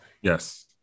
Yes